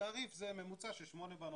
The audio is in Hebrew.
התעריף זה ממוצע של שמונה בנות.